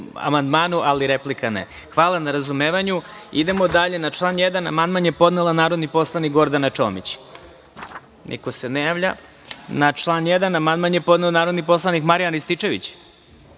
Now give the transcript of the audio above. amandmanu, ali replika ne. Hvala na razumevanju. Idemo dalje. Na član 1. amandman je podnela narodni poslanik Gordana Čomić. Da li neko želi reč? (Ne.)Na član 1. amandman je podneo narodni poslanik Marijan Rističečvić. Da